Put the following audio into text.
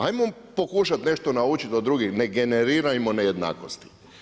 Ajmo pokušati nešto naučiti od drugih, ne generirajmo nejednakosti.